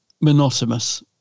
monotonous